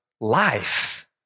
life